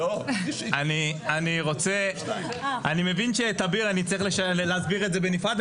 אני מבין שלאביר אני צריך להסביר את זה בנפרד.